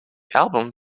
album